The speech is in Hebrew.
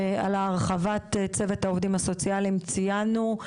על הרחבת צוות העובדים הסוציאליים, ציינו.